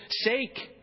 sake